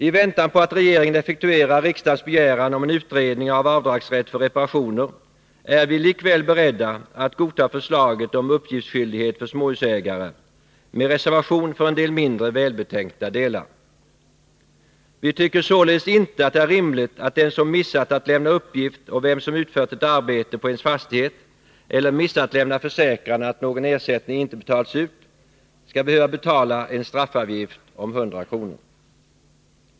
I väntan på att regeringen effektuerar riksdagens begäran om en utredning om rätt till avdrag för reparationer är vi likväl beredda att godta förslaget om uppgiftsskyldighet för småhusägare med reservation för en del mindre välbetänkta delar. Vi tycker således inte att det är rimligt att den som missat att lämna uppgift om vem som utfört ett arbete på ens fastighet eller missat att lämna försäkran att någon ersättning inte betalats ut, skall behöva betala en straffavgift om 100 kr.